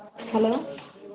hello